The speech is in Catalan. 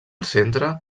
centre